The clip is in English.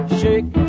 shake